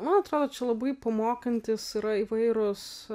man atrodo čia labai pamokantys yra įvairūs